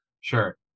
sure